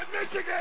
Michigan